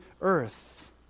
earth